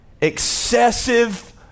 excessive